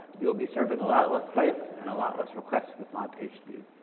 you'll be serving a lot less bytes and a lot less requests with mod pagespeed.